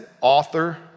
author